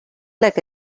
like